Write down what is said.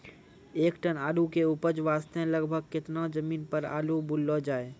एक टन आलू के उपज वास्ते लगभग केतना जमीन पर आलू बुनलो जाय?